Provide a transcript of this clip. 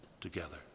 together